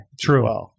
True